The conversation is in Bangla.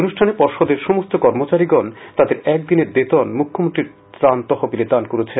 অনুষ্ঠানে পর্ষদের সমস্ত কর্মচারীগণ তাদের একদিনের বেতন মুখ্যমন্ত্রীর ত্রাণ তহবিলে দান করেন